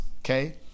okay